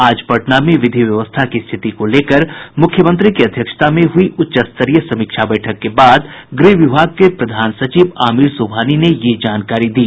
आज पटना में विधि व्यवस्था की स्थिति को लेकर मुख्यमंत्री की अध्यक्षता में हुई उच्चस्तरीय समीक्षा बैठक के बाद गृह विभाग के प्रधान सचिव आमिर सुबहानी ने यह जानकारी दी